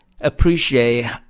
appreciate